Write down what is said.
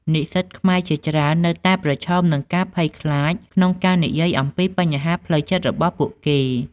និស្សិតខ្មែរជាច្រើននៅតែប្រឈមនឹងការភ័យខ្លាចក្នុងការនិយាយអំពីបញ្ហាផ្លូវចិត្តរបស់ពួកគេ។